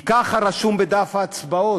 כי ככה רשום בדף ההצבעות,